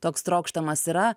toks trokštamas yra